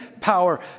power